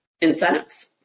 incentives